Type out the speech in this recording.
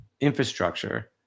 infrastructure